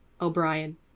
O'Brien